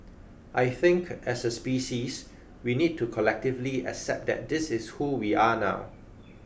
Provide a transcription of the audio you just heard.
I think as a species we need to collectively accept that this is who we are now